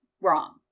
wrong